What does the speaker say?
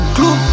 Clue